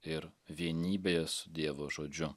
ir vienybėje su dievo žodžiu